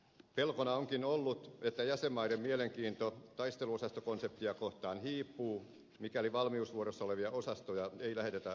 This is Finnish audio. pelkona onkin ollut että jäsenmaiden mielenkiinto taisteluosastokonseptia kohtaan hiipuu mikäli valmiusvuorossa olevia osastoja ei lähetetä operaatioihin